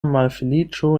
malfeliĉo